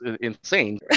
insane